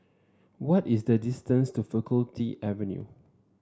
what is the distance to Faculty Avenue